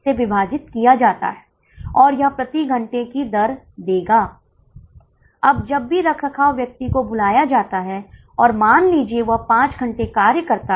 यदि आपको याद हो मेरे पहले सत्र में मैंने आपको बताया था कि कुछ मान्यताओं को उदार बनाया जा सकता है आप धारणा को माफ कर सकते हैं